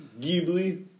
Ghibli